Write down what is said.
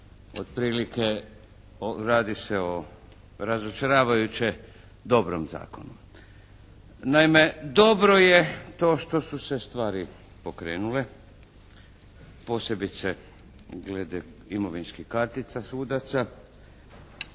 Otprilike radi se o razočaravajuće dobrom zakonu. Naime dobro je to što su se stvari pokrenule, posebice oko imovinskih kartica sudaca.